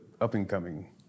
up-and-coming